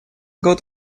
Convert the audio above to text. год